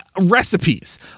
recipes